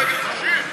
מפלגת נשים?